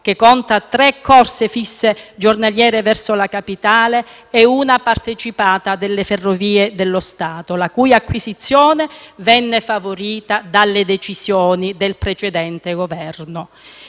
che conta tre corse fisse giornaliere verso la Capitale, è una partecipata delle Ferrovie dello Stato, la cui acquisizione venne favorita dalle decisioni del precedente Governo.